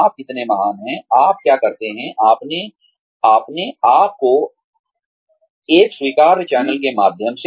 आप कितने महान हैं आप क्या करते हैं अपने आप को एक स्वीकार्य चैनल के माध्यम से